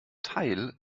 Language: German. teil